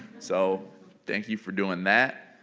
so thank you for doing that.